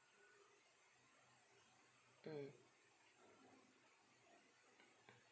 mm